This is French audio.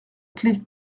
clef